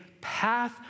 path